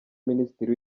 minisitiri